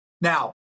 Now